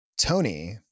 Tony